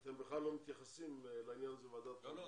אתם בכלל לא מתייחסים לעניין הזה בוועדת החריגים.